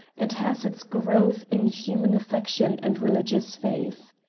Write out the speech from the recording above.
and has its growth in human affection and religious faith.